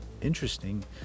interesting